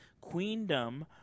Queendom